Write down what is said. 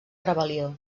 rebel·lió